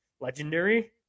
Legendary